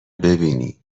ببینی